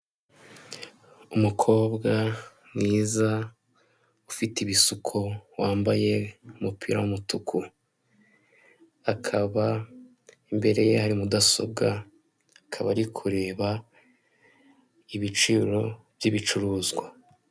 Umukobwa mwiza ufite ibisuko wambaye umupira w'umutuku, akaba imbere ye hari mudasobwa, akaba ari kureba ibiciro by'ibicuruzwa.